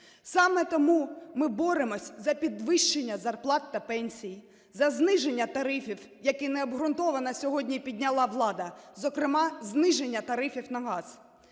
Саме тому ми боремося за підвищення зарплат на пенсій, а зниження тарифів, які необґрунтовано сьогодні підняла влада, зокрема зниження тарифів на газ.